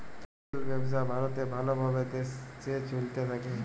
retail ব্যবসা ভারতে ভাল ভাবে দেশে চলতে থাক্যে